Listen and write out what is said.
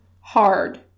hard